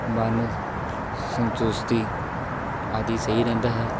ਮਨ ਸੰਤੁਸ਼ਟੀ ਆਦਿ ਸਹੀ ਰਹਿੰਦਾ ਹੈ